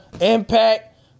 impact